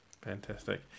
Fantastic